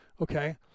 Okay